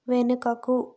వెనుకకు